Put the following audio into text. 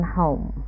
home